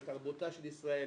לתרבותה של ישראל,